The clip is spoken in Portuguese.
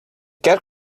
quer